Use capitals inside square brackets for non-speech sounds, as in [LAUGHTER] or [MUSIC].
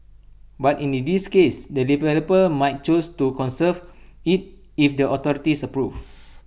but in [UNINTELLIGIBLE] this case the developer might choose to conserve IT if the authorities approve